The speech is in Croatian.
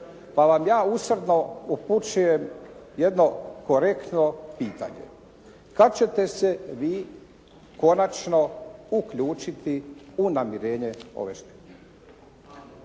pa vam ja usrdno upućujem jedno korektno pitanje. Kad ćete se vi konačno uključiti u namirenje ove štete?